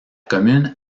commune